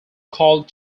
called